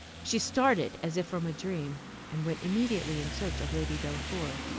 she started as if from a dream, and went immediately in search of lady delacour.